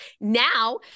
Now